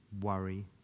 worry